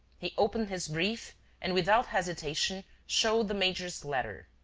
he opened his brief and without hesitation showed the major's letter.